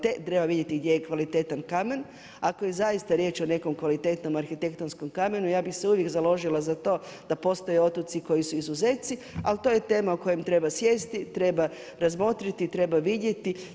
Treba vidjeti gdje je kvalitetan kamen, a ako je zaista riječ o nekom kvalitetnom arhitektonskom kamenu, ja bi se uvijek založila za to da postoje otoci koji su izuzeci, ali to je tema o kojoj treba sjesti, treba razmotriti, treba vidjeti.